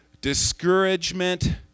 Discouragement